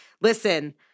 Listen